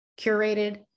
curated